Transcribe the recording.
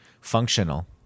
functional